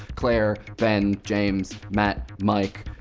claire, ben, james, matt, mike,